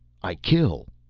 i kill!